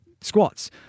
squats